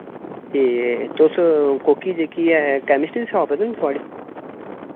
ते तुस कोह्की जेह्की ऐ कैमिस्ट दी शाप ऐ ना थुआढ़ी